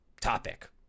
topic